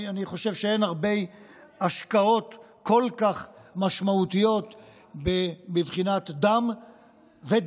אני חושב שאין הרבה השקעות כל כך משמעותיות מבחינת דם ודמים,